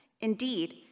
indeed